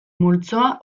multzoa